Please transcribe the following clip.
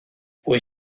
pwy